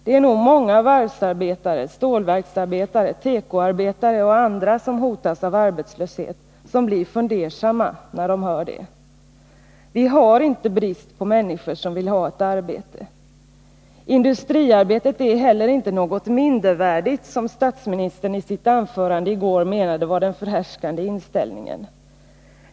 Det är nog många varvsarbetare, stålverksarbetare, tekoarbetare och andra som hotas av arbetslöshet som blir fundersamma, när de hör detta. Vi har inte brist på människor som vill ha ett arbete. Industriarbetet är heller inte något mindervärdigt, vilket statsministern i sitt anförande i går menade var den förhärskande inställningen.